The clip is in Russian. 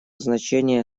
значения